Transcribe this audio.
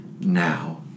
now